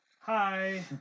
Hi